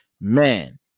man